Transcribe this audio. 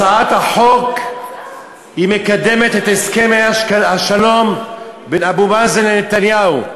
הצעת החוק מקדמת את הסכמי השלום בין אבו מאזן לנתניהו.